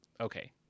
Okay